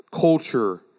culture